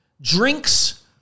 drinks